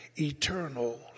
eternal